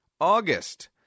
August